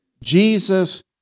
Jesus